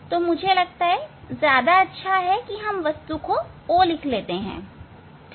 मुझे लगता है इसे वस्तु O लिखना ज्यादा बेहतर है